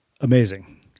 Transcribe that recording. Amazing